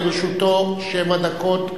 לרשותו שבע דקות.